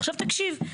עכשיו תקשיב,